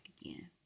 again